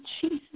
Jesus